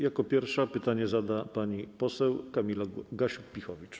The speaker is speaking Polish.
Jako pierwsza pytanie zada pani poseł Kamila Gasiuk-Pihowicz.